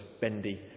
bendy